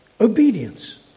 Obedience